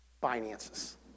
Finances